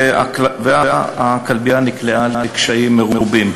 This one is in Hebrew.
והכלבייה נקלעה לקשיים מרובים.